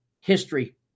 history